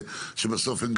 מבקש לא